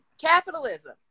capitalism